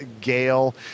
Gale